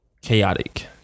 chaotic